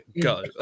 go